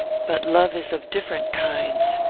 but love is of different kinds.